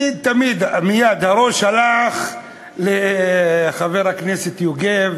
מייד הראש הלך לחבר הכנסת יוגב